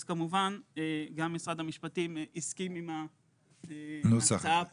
אז כמובן גם משרד המשפטים הסכים עם ההצעה פה.